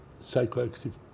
psychoactive